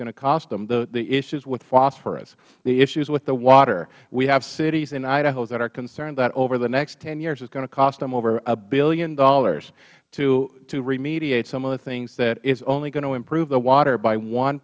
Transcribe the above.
going to cost them the issues with phosphorus the issues with the water we have cities in idaho that are concerned that over the next ten years it is going to cost them over a billion dollars to remediate some of the things that is only going to improve the water by